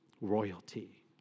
Royalty